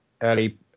early